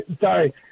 Sorry